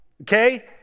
okay